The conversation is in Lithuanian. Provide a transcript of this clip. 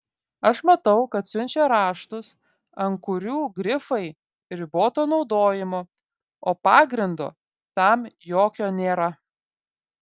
aš matau kad siunčia raštus ant kurių grifai riboto naudojimo o pagrindo tam jokio nėra